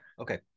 Okay